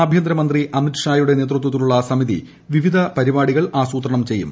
ആഭ്യന്തരമന്ത്രി അമിത് ഷായുടെ നേതൃത്വത്തിലുള്ള ്സ്മിതി് വിവിധ പരിപാടികൾ ആസൂത്രണം ചെയ്യും